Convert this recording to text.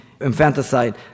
infanticide